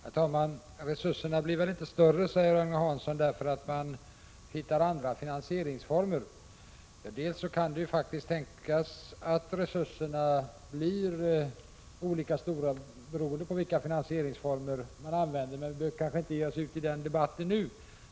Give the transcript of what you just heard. Herr talman! Resurserna blir väl inte större därför att man hittar andra finansieringsformer, säger Agne Hansson. Det kan faktiskt tänkas att resurserna blir olika stora beroende på vilken finansieringsform man använder, men vi behöver kanske inte ge oss in på den debatten nu.